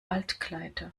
altkleider